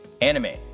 anime